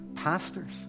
pastors